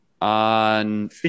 On